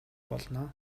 болно